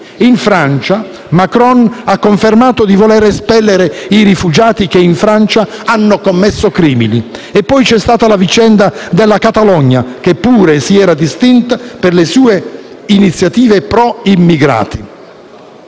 In Francia, Macron ha confermato di voler espellere i rifugiati che in Francia hanno commesso crimini. E poi c'è stata la vicenda della Catalogna, che pure si era distinta per le sue iniziative pro immigrati.